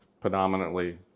predominantly